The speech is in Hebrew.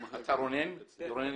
מנהל מחלקת אזרחות --- רונן ירושלמי,